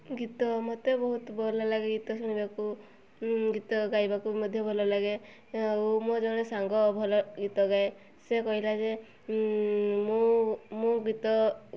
ଗୀତ ମୋତେ ବହୁତ ଭଲ ଲାଗେ ଗୀତ ଶୁଣିବାକୁ ଗୀତ ଗାଇବାକୁ ମଧ୍ୟ ଭଲ ଲାଗେ ଆଉ ମୋର ଜଣେ ସାଙ୍ଗ ଭଲ ଗୀତ ଗାଏ ସେ କହିଲା ଯେ ମୁଁ ମୁଁ ଗୀତ